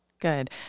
good